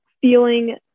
feeling